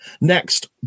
next